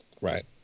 right